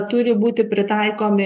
turi būti pritaikomi